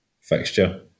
fixture